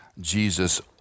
Jesus